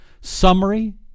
summary